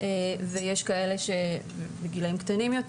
ויש כאלה שהם בגילאים קטנים יותר.